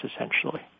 essentially